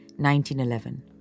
1911